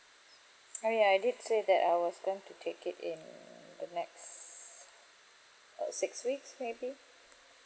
oh ya I did say that I was going to take it in the next uh six weeks maybe